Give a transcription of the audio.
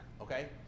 Okay